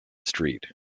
street